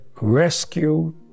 Rescue